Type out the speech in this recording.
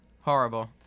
Horrible